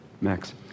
Max